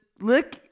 look